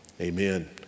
amen